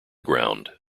ground